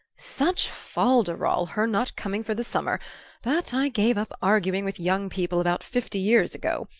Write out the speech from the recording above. such fol-de-rol, her not coming for the summer but i gave up arguing with young people about fifty years ago.